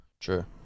True